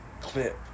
clip